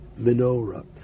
menorah